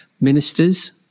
ministers